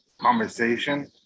conversation